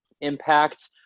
impact